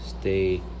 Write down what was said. Stay